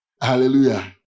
Hallelujah